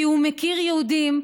כי הוא מכיר יהודים,